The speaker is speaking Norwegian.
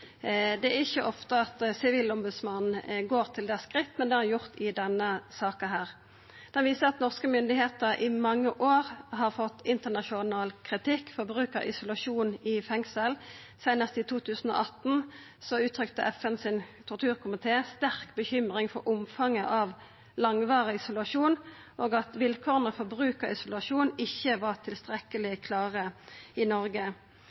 Det er ikkje ofte Sivilombodsmannen går til det skrittet, men det har dei gjort i denne saka. Det viser at norske myndigheiter i mange år har fått internasjonal kritikk for bruk av isolasjon i fengsel. Seinast i 2018 uttrykte FNs torturkomité sterk bekymring for omfanget av langvarig isolasjon, og at vilkåra for bruk av isolasjon ikkje var tilstrekkeleg klare i Noreg.